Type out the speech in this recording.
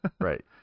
right